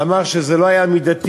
אמר שזה לא היה מידתי,